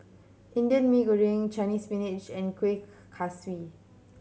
Indian Mee Goreng Chinese Spinach and Kuih Kaswi